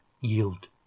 yield